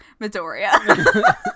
Midoriya